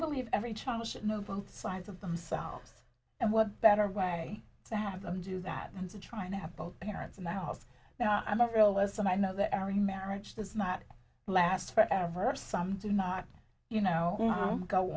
believe every child should know both sides of themselves and what better way to have them do that and trying to have both parents in the house now i'm a realist and i know that our marriage does not last forever some do not you know go